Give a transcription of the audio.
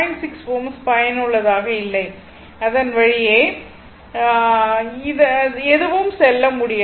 6 Ω பயனுள்ளதாக இல்லை இதன் வழியே எதுவும் செல்ல முடியாது